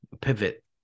pivot